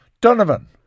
Donovan